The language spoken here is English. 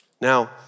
Now